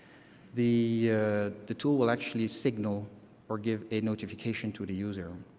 the the tool will actually signal or give a notification to the user.